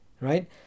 right